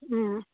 ꯎꯝ